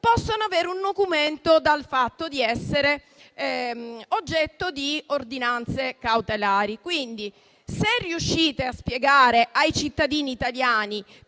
possono avere un nocumento dal fatto di essere oggetto di ordinanze cautelari. Pertanto, se riusciste a spiegare ai cittadini italiani